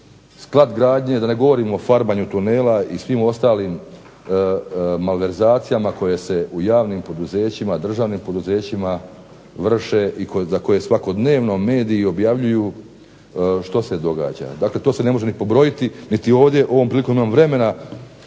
Sklad gradnje, da ne govorim o farbanju tunela i svim ostalim malverzacijama koje se vrše i za koje svakodnevno mediji objavljuju što se događa, to se ne može ni pobrojiti, niti ovom prilikom imam vremena